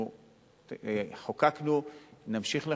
אנחנו חוקקנו, נמשיך לחוקק,